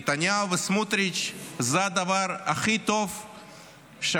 נתניהו וסמוטריץ' הם הדבר הכי טוב שהמונופולים